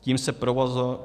Tím se